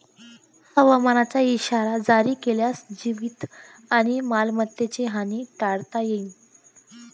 हवामानाचा इशारा जारी केल्यास जीवित आणि मालमत्तेची हानी टाळता येईल